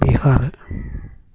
Bihar